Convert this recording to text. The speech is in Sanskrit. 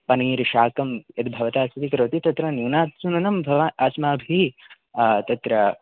पनीर् शाकं यद् भवतां स्वीकरोति तत्र न्यूनातिन्यूनम् अस्माभिः तत्र